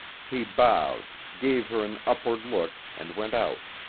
he bowed, gave her an upward look and went out,